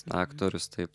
aktorius taip